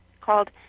called